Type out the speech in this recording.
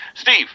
Steve